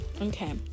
Okay